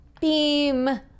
beam